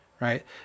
right